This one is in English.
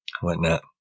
whatnot